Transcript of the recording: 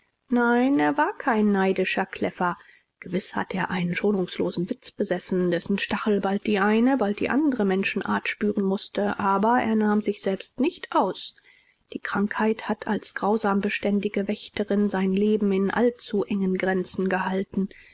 nein er war kein neidischer kläffer gewiß hat er einen schonungslosen witz besessen dessen stachel bald die eine bald die andre menschenart spüren mußte aber er nahm sich selbst nicht aus die krankheit hat als grausam-beständige wächterin sein leben in allzu engen grenzen gehalten